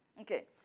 Okay